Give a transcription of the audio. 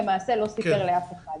למעשה לא סיפר לאף אחד.